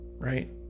Right